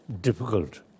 difficult